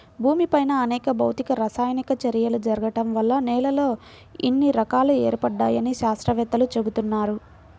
భూమిపైన అనేక భౌతిక, రసాయనిక చర్యలు జరగడం వల్ల నేలల్లో ఇన్ని రకాలు ఏర్పడ్డాయని శాత్రవేత్తలు చెబుతున్నారు